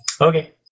Okay